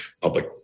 public